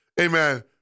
Amen